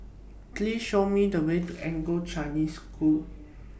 Please Show Me The Way to Anglo Chinese School